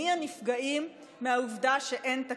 מי הנפגעים מהעובדה שאין תקציב.